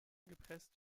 gepresst